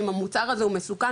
אם המוצר הזה מסוכן,